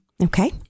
Okay